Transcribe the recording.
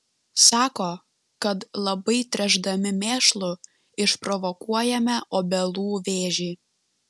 sako kad labai tręšdami mėšlu išprovokuojame obelų vėžį